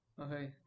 Okay